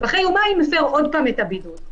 ואחרי יומיים מפר עוד פעם את הבידוד.